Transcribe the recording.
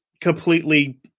completely